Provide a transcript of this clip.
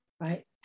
right